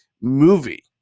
movie